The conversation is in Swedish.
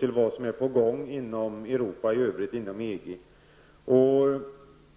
till vad som är på gång inom Europa i övrigt, inom EG.